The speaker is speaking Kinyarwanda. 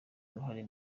uruhara